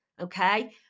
Okay